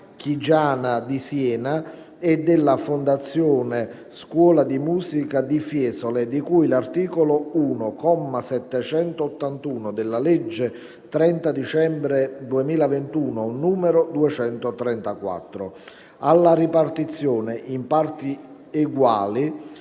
Chigiana di Siena e della Fondazione Scuola di musica di Fiesole di cui all'articolo 1, comma 781, della legge 30 dicembre 2021, n. 234. Alla ripartizione, in parti eguali,